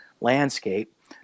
landscape